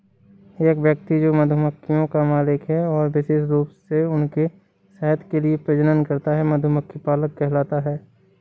एक व्यक्ति जो मधुमक्खियों का मालिक है और विशेष रूप से उनके शहद के लिए प्रजनन करता है, मधुमक्खी पालक कहलाता है